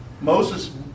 Moses